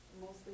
mostly